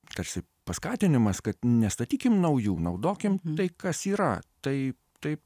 tarsi paskatinimas kad nestatykim naujų naudokim tai kas yra tai taip